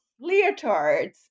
leotards